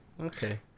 Okay